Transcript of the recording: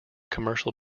commercial